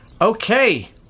Okay